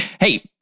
Hey